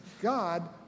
God